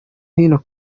hino